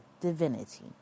divinity